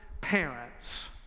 parents